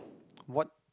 what